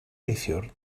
neithiwr